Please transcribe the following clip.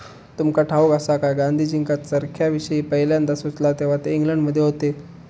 तुमका ठाऊक आसा काय, गांधीजींका चरख्याविषयी पयल्यांदा सुचला तेव्हा ते इंग्लंडमध्ये होते